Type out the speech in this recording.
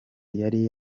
yari